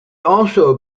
also